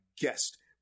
guest